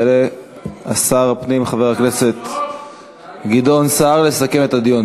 יעלה שר הפנים חבר הכנסת גדעון סער לסכם את הדיון.